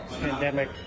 pandemic